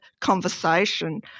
conversation